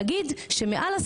הגננת היא של משרד החינוך,